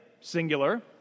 singular